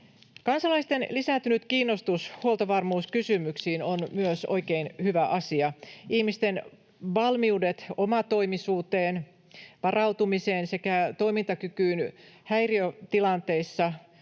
Kansalaisten lisääntynyt kiinnostus huoltovarmuuskysymyksiin on myös oikein hyvä asia. Ihmisten valmiudet omatoimisuuteen, varautumiseen sekä toimintakykyyn häiriötilanteissa,